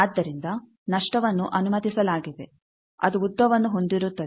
ಆದ್ದರಿಂದ ನಷ್ಟವನ್ನು ಅನುಮತಿಸಲಾಗಿದೆ ಅದು ಉದ್ದವನ್ನು ಹೊಂದಿರುತ್ತದೆ